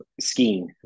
skiing